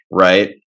right